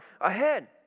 ahead